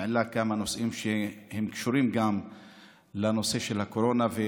העלה כמה נושאים שקשורים לנושא של הקורונה.